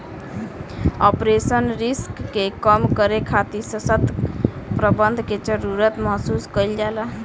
operational risk के कम करे खातिर ससक्त प्रबंधन के जरुरत महसूस कईल जाला